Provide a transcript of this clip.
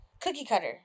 cookie-cutter